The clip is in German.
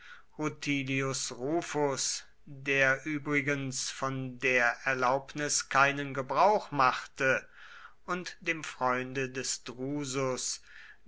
rutilius rufus der übrigens von der erlaubnis keinen gebrauch machte und dem freunde des